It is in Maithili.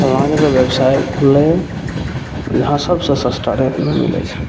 फल्लाँ जगह बेवसाइ खुललै यऽ जहाँ सबसे सस्ता रेटमे मिलै छै